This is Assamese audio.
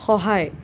সহায়